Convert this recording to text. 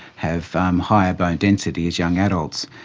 have um higher bone density as young adults.